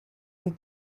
and